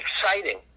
exciting